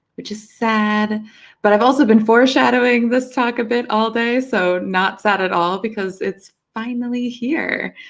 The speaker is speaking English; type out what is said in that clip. which is sad but i've also been foreshadowing this talk a bit all day, so not sad at all because it's finally here.